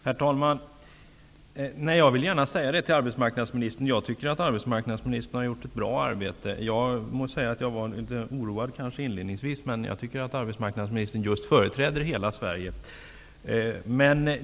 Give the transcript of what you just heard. Herr talman! Jag anser att arbetsmarknadsministern har gjort ett bra arbete, och det vill jag gärna säga till arbetsmarknadsministern. Jag var kanske litet oroad inledningsvis, men jag anser att arbetsmarknadsministern företräder hela Sverige.